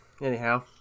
anyhow